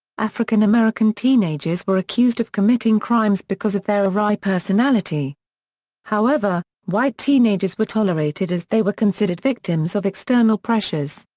african-american teenagers were accused of committing crimes because of their awry personality however, white teenagers were tolerated as they were considered victims of external pressures.